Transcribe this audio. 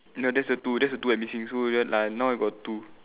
no that's the two that's the two I'm missing so ya like now I got two